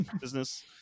business